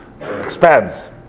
expands